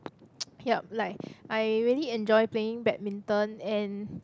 yup like I really enjoy playing badminton and